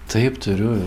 taip turiu